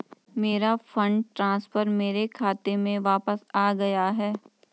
मेरा fund transfer मेरे खाते में वापस आ गया है